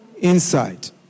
insight